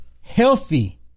healthy